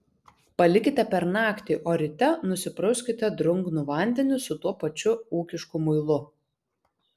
palikite per naktį o ryte nusiprauskite drungnu vandeniu su tuo pačiu ūkišku muilu